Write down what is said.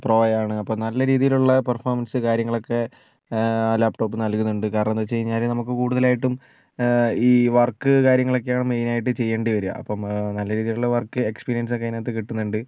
പ്രോയാണ് അപ്പം നല്ല രീതിയിലുള്ള പെർഫോമൻസ് കാര്യങ്ങളൊക്കെ ലാപ്ടോപ്പ് നൽകുന്നുണ്ട് കാരണമെന്ന് വെച്ച് കഴിഞ്ഞാല് നമുക്ക് കൂടുതലായിട്ടും ഈ വർക്ക് കാര്യങ്ങളൊക്കെ ആണ് മെയിനായിട്ട് ചെയ്യേണ്ടി വരിക അപ്പം നല്ല രീതിയിലുള്ള വർക്ക് എക്സ്പീരിയൻസ് ഒക്കെ അതിനകത്ത് കിട്ടുന്നുണ്ട്